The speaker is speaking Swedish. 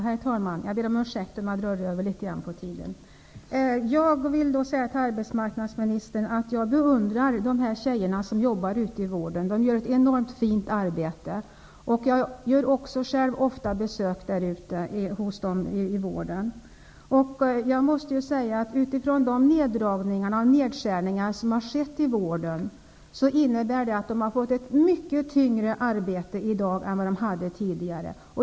Herr talman! Jag ber om ursäkt om jag drar över tiden litet grand. Jag vill till arbetsmarknadsministern säga att jag beundrar de tjejer som jobbar ute i vården. De gör ett enormt fint arbete. Jag gör också ofta besök hos dem ute i vården. Jag måste säga att de neddragningar och nedskärningar som har skett i vården har inneburit att de i dag har ett mycket tyngre arbete än vad de hade tidigare.